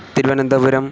Thiruvananthapuram